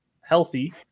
healthy